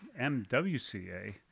MWCA